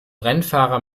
rennfahrer